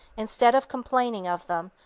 instead of complaining of them,